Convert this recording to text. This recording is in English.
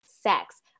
sex